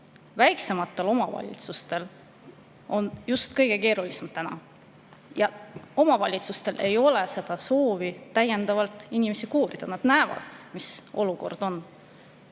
väiksematel omavalitsustel on kõige keerulisem. Omavalitsustel ei ole soovi täiendavalt inimesi koorida, nad näevad, mis olukord on.